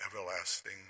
everlasting